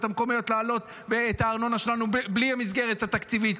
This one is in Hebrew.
המקומיות להעלות את הארנונה שלנו בלי המסגרת התקציבית,